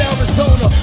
Arizona